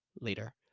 later